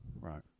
Right